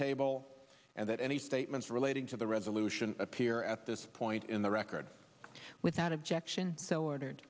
table and that any statements relating to the resolution appear at this point in the record without objection so ordered